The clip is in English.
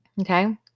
Okay